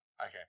Okay